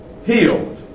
Healed